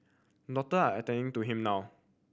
doctor are attending to him now